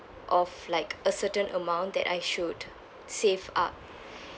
of like a certain amount that I should save up